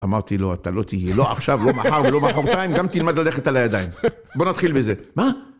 אמרתי לו, אתה לא תהיה, לא עכשיו, לא מחר, ולא מחרתיים, גם תלמד ללכת על הידיים. בוא נתחיל בזה. מה?